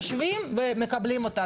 יושבים ומקבלים אותנו,